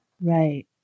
Right